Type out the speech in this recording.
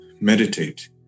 meditate